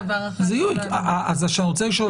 שההערכה שלנו --- אז אני רוצה לשאול,